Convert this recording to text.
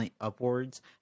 upwards